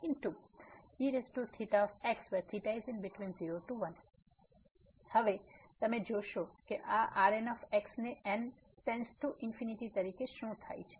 eθx0θ1 તેથી હવે તમે જોશો કે આ Rn ને n→∞ તરીકે શું થાય છે